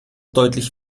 deutlich